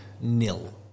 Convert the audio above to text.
nil